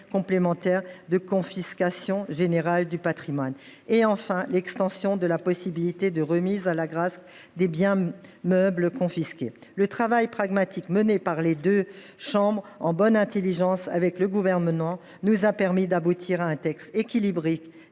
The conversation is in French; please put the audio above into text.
complémentaire de confiscation générale du patrimoine ; l’extension de la possibilité de remise à l’Agrasc des biens meubles confisqués. Le travail pragmatique mené par les deux chambres, en bonne intelligence avec le Gouvernement, nous a permis d’aboutir à un texte équilibré